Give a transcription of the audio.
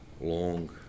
long